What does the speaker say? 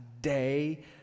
day